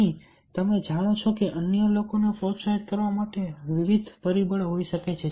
અહીં તમે જાણો છો કે અન્ય લોકોને પ્રોત્સાહિત કરવા માટે વિવિધ પરિબળો હોઈ શકે છે